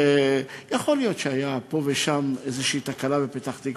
יכול להיות שהייתה פה ושם איזושהי תקלה בפתח-תקווה,